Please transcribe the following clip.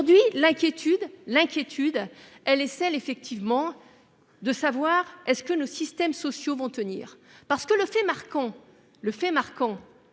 aujourd'hui, l'inquiétude est grande de savoir si nos systèmes sociaux vont tenir. Le fait marquant